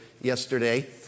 yesterday